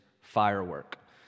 Firework